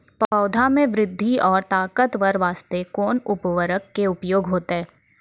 पौधा मे बृद्धि और ताकतवर बास्ते कोन उर्वरक के उपयोग होतै?